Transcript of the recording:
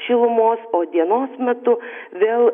šilumos o dienos metu vėl